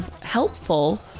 helpful